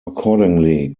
accordingly